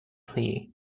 plea